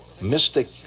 mystic